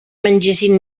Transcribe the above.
mengessin